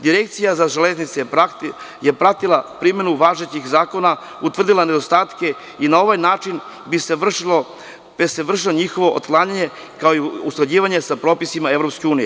Direkcija za železnice je pratila primenu važećih zakona, utvrdila nedostatke i na ovaj način bi se vršilo njihovo otklanjanje, kao i usklađivanje sa propisima EU.